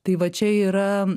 tai va čia yra